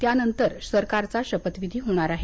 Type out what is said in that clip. त्यानंतर सरकारचं शपथविधी होणार आहे